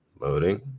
Loading